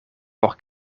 por